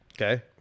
Okay